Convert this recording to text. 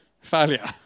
failure